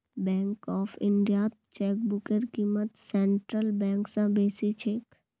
bank of इंडियात चेकबुकेर क़ीमत सेंट्रल बैंक स बेसी छेक